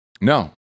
No